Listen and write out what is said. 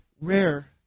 rare